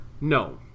no